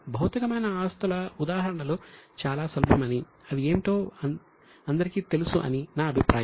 భౌతికమైన ఆస్తులకు ఉదాహరణలు చాలా సులభం అని అవి ఏమిటో అందరికీ తెలుసు అని నా అభిప్రాయం